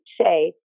say